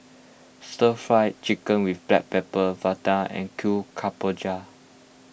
Stir Fry Chicken with Black Pepper Vadai and Kuih Kemboja